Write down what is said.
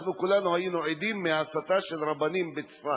כולנו היינו עדים להסתה של רבנים מצפת.